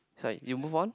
is like you move on